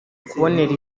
kubonera